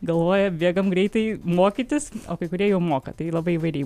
galvoja bėgam greitai mokytis o kai kurie jau moka tai labai įvairiai